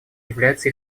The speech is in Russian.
является